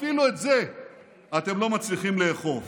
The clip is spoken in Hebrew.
אפילו את זה אתם לא מצליחים לאכוף.